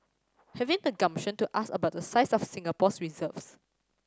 having the gumption to ask about the size of Singapore's reserves